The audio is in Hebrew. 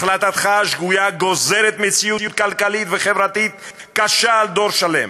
החלטתך השגויה גוזרת מציאות כלכלית וחברתית קשה על דור שלם.